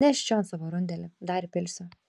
nešk čion savo rundelį dar įpilsiu